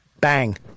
Bang